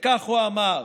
וכך הוא אמר: